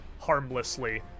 harmlessly